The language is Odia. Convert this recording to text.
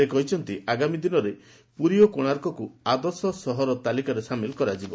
ସେ କହିଛନ୍ତି ଆଗାମୀ ଦିନରେ ପୁରୀ ଓ କୋଶାର୍କକୁ ଆଦର୍ଶ ସହର ତାଲିକାରେ ସାମିଲ୍ କରାଯିବ